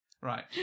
right